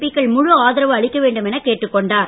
B க்கள் முழு ஆதரவு அளிக்க வேண்டும் எனக் கேட்டுக் கொண்டார்